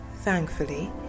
Thankfully